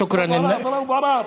טלב אבו עראר.